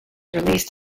released